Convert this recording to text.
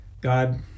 God